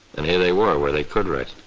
and here they were, where they could rest,